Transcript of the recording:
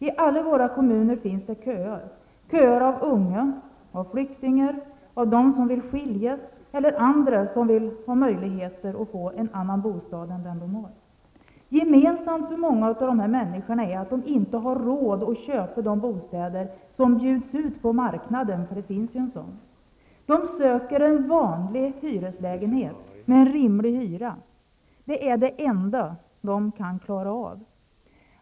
I alla kommuner finns köer -- köer av unga, av flyktingar, av dem som vill skiljas och av alla andra som vill ha en annan bostad än den de har. Gemensamt för många av dessa människor är att de inte har råd att köpa de bostäder som bjuds ut på marknaden i dag. De söker en vanlig hyreslägenhet med en rimlig hyra. Det är det enda de kan klara av.